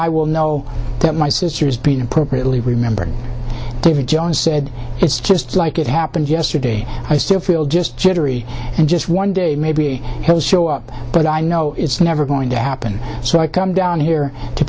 i will know that my sister has been appropriately remembered david jones said it's just like it happened yesterday i still feel just jittery and just one day maybe he'll show up but i know it's never going to happen so i come down here to